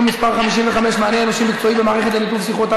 מס' 55) (מענה אנושי מקצועי במערכת לניתוב שיחות),